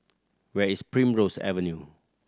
where is Primrose Avenue